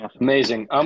Amazing